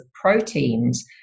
proteins